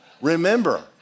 Remember